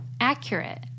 accurate